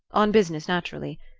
on business, naturally.